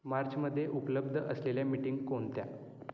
मार्चमध्ये उपलब्ध असलेल्या मिटिंग कोणत्या